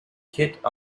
kit